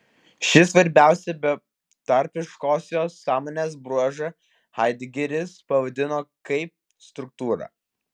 šį svarbiausią betarpiškosios sąmonės bruožą haidegeris pavadino kaip struktūra